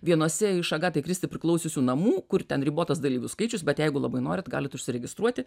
vienose iš agatai kristi priklausiusių namų kur ten ribotas dalyvių skaičius bet jeigu labai norit galit užsiregistruoti